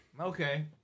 Okay